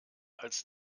als